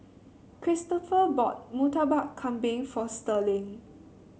Kristopher bought Murtabak Kambing for Sterling